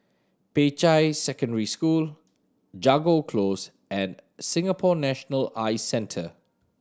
Peicai Secondary School Jago Close and Singapore National Eye Centre